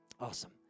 awesome